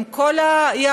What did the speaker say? עם כל האי-הבנות,